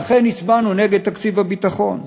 ואכן הצבענו נגד תקציב הביטחון.